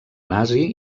nazi